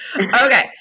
Okay